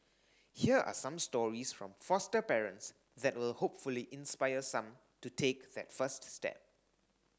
here are some stories from foster parents that will hopefully inspire some to take that first step